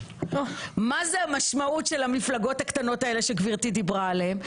מה זה המשמעות של המפלגות הקטנות האלה שגברתי דיברה עליהן?